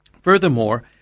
Furthermore